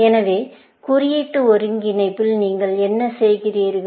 எனவே குறியீட்டு ஒருங்கிணைப்பில் நீங்கள் என்ன சொல்கிறீர்கள்